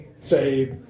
say